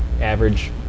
average